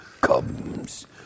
comes